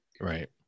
Right